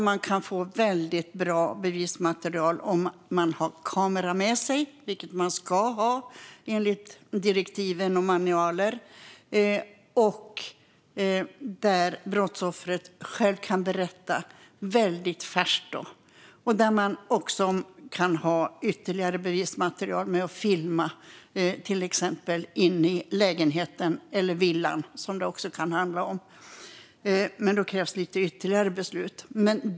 Man kan då få väldigt bra bevismaterial om man har kamera med sig, vilket man ska ha enligt direktiv och manualer, och brottsoffret kan själv ge sin berättelse medan den är färsk. Man kan också få ytterligare bevismaterial genom att filma inne i lägenheten eller villan, som det också kan handla om, men då krävs det lite ytterligare beslut.